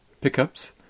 Pickups